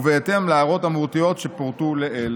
ובהתאם להערות המהותיות שפורטו לעיל.